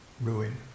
ruin